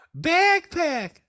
Backpack